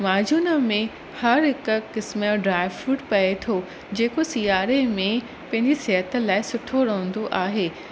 माजून में हर हिक क़िस्म जो ड्राइ फ्रूट पए थो जेको सिआरे में पंहिंजी सिहत लाइ सुठो रहंदो आहे